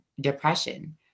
depression